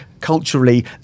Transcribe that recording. culturally